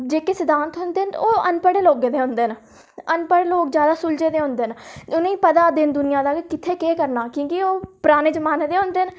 जेह्के सिद्धांत होंदे ओह् अनपढ़ लोकें दे होंदे न अनपढ़ लोक जैदा सुलझे दे होंदे न उ'नें ई पता ऐ दिन दुनिया दा कुत्थै केह् करना क्यूंकि ओह् पराने जमाने दे होंदे न